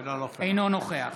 אינו נוכח